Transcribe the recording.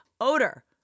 odor